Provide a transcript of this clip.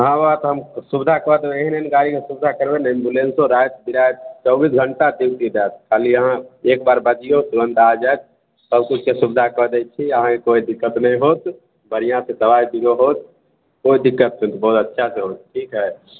हँ बाबा तऽ हम सुवधा कऽ देब एहन एहन गाड़ीके सुविधा करबै ने एम्बुलेंसो राति बिराति चौबिस घंटा ड्यूटी होएत खाली अहाँ एक बार बजियौ तुरन्त आ जाएत सबकिछुके सुवधा कऽ दै छी अहाँके कोइ दिक्कत नहि होयत बढ़िआँ से दबाइ बीरो होयत कोइ दिक्कत नहि बहुत अच्छा से होयत ठीक हय